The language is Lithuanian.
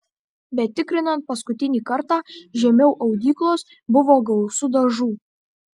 bet tikrinant paskutinį kartą žemiau audyklos buvo gausu dažų